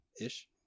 ish